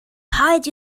hide